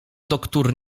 doktór